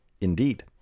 Indeed